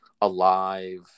alive